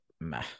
meh